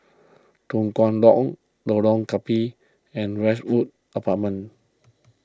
Tua Kong Long Lorong Gambir and Westwood Apartments